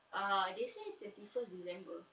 uh they say twenty first december